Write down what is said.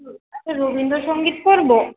রবীন্দ্রসঙ্গীত করব